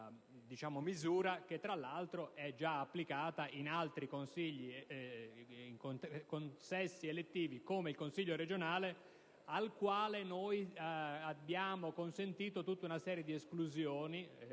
questa misura, che, tra l'altro, è già applicata in altri consigli e consessi elettivi, come il consiglio regionale, al quale noi abbiamo consentito tutta una serie di esclusioni.